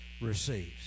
receives